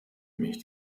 mich